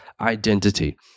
identity